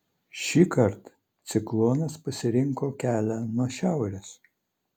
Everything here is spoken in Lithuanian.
šįkart ciklonas pasirinko kelią nuo šiaurės